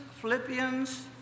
Philippians